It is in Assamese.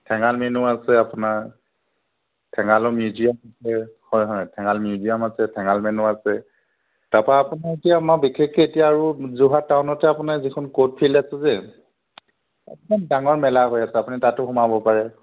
ঠেঙাল মিনু আছে আপোনাৰ ঠেঙালৰ মিউজিয়াম আছে হয় হয় ঠেঙাল মিউজিয়াম আছে ঠেঙাল মেনো আছে তাৰপৰা আমাৰ বিশেষকৈ এতিয়া আৰু যোৰহাট টাউনতে আপোনাৰ যিখন ক'ৰ্ট ফিল্ড আছে যে অকণমান ডাঙৰ মেলা হৈ আছে আপুনি তাতো সোমাব পাৰে